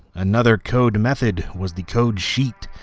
another code method was the code sheet,